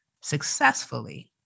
successfully